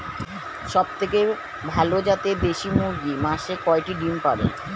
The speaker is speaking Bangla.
সবথেকে ভালো জাতের দেশি মুরগি মাসে কয়টি ডিম পাড়ে?